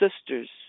sisters